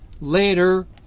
later